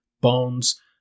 Bones